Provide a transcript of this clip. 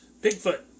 Bigfoot